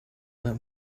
that